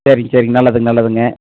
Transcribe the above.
சரிங்க சரிங்க நல்லதுங்க நல்லதுங்க